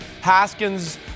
Haskins